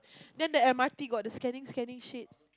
then the M_R_T got the scanning scanning shit